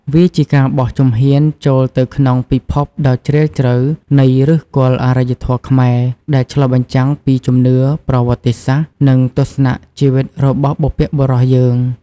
វាជាការបោះជំហានចូលទៅក្នុងពិភពដ៏ជ្រាលជ្រៅនៃ ឫសគល់អរិយធម៌ខ្មែរ ដែលឆ្លុះបញ្ចាំងពីជំនឿ ប្រវត្តិសាស្ត្រ និងទស្សនៈជីវិតរបស់បុព្វបុរសយើង។